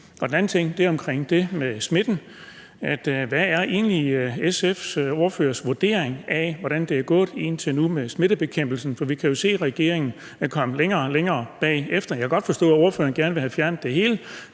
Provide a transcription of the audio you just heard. Den anden ting er om det med smitten: Hvad er egentlig SF's ordførers vurdering af, hvordan det indtil nu er gået med smittebekæmpelsen? For vi kan jo se, at regeringen kommer længere og længere bagefter. Jeg kan godt forstå, at ordføreren gerne vil have fjernet dem alle,